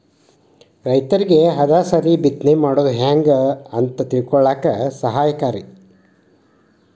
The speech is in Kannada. ರೈತರಿಗೆ ಹದಸರಿ ಬಿತ್ತನೆ ಮಾಡುದು ಹೆಂಗ ಅಂತ ತಿಳಕೊಳ್ಳಾಕ ಸಹಾಯಕಾರಿ